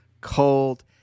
cold